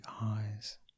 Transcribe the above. eyes